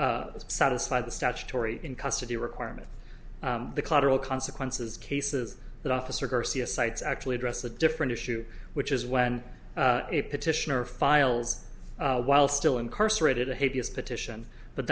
satisfy the statutory in custody requirements the collateral consequences cases that officer garcia cites actually address a different issue which is when a petitioner files while still incarcerated a hideous petition but